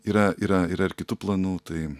yra yra yra ir kitų planų tai